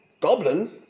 goblin